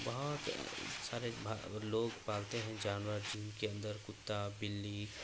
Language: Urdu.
بہت سارے لوگ پالتے ہیں جانور جن کے اندر کتا بلی